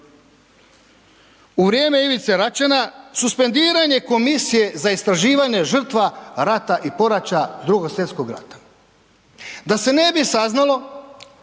u vrijeme Ivice Račana suspendiranje Komisije za istraživanje žrtva rata i poraća II. Svj. rata. Da se ne bi saznalo